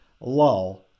lull